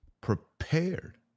prepared